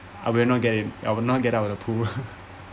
I'll not get in I'll not get out of the pool